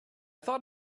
thought